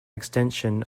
extension